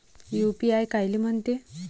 UPI कायले म्हनते?